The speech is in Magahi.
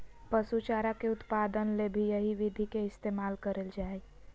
पशु चारा के उत्पादन ले भी यही विधि के इस्तेमाल करल जा हई